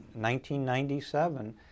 1997